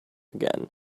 again